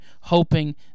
hoping